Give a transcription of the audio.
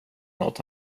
nåt